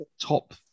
top